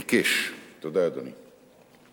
עיקש, תודה, אדוני.